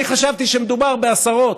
אני חשבתי שמדובר בעשרות.